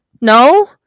No